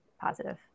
Positive